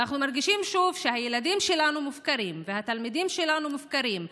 ואנחנו מרגישים שוב שהילדים שלנו מופקרים והתלמידים שלנו מופקרים.